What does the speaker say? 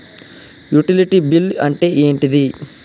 Utility bill అంటే ఏంటిది?